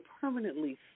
permanently